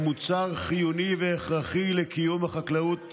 הם מוצר חיוני והכרחי לקיום חקלאות